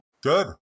Good